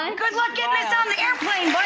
and good luck getting this on the airplane,